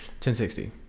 1060